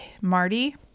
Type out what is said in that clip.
marty